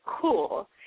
cool